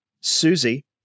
Susie